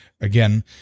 again